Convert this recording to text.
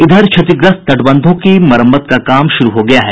इधर क्षतिग्रस्त तटबंधों की मरम्मत का काम भी शुरू हो गया है